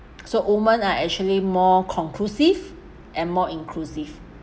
so women are actually more conclusive and more inclusive